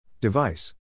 Device